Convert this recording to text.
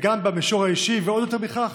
במישור האישי ועוד יותר מכך,